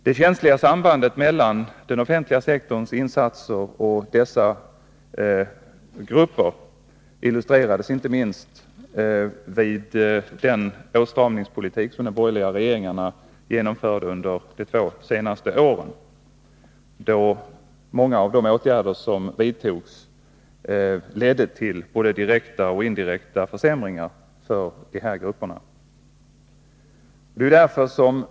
Det känsliga sambandet mellan den offentliga sektorns insatser och dessa gruppers behov illustrerades inte minst under den åtstramningspolitik som de borgerliga genomförde under de två senaste åren, då många av de åtgärder som vidtogs ledde till både direkta och indirekta försämringar för dessa grupper.